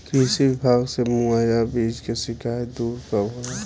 कृषि विभाग से मुहैया बीज के शिकायत दुर कब होला?